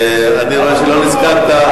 למה לא נכון?